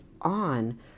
on